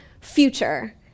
future